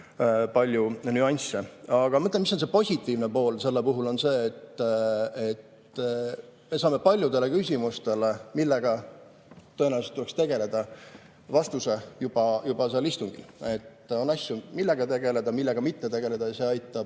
lisandus.] Aga ma mõtlen, et positiivne pool on selle puhul see, et me saame paljudele küsimustele, millega tõenäoliselt tuleks tegeleda, vastuse juba seal istungil. On asju, millega tegeleda ja millega mitte tegeleda, ja see aitab